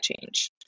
change